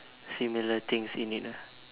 similar things in it ah